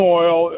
oil